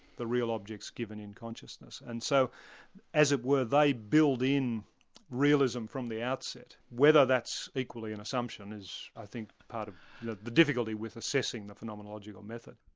the real objects given in consciousness. and so as it were they build in realism from the outset. whether that's equally an assumption is, i think, is part of the the difficulty with assessing the phenomenological method.